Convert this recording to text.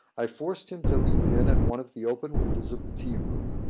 i forced him to leap in at one of the open windows of the tea-room,